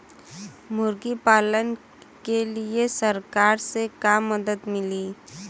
मुर्गी पालन के लीए सरकार से का मदद मिली?